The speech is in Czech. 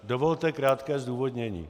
Dovolte krátké zdůvodnění.